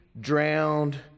drowned